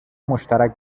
مشترک